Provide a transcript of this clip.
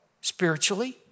spiritually